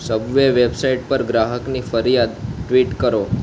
Subway website પર ગ્રાહકની ફરિયાદ ટ્વિટ કરો